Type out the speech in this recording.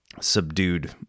subdued